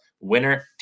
winner